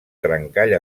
trencall